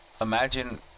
imagine –